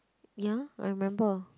ya I remember